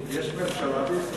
יש ממשלה בישראל?